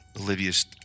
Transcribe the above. Olivia's